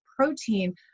Protein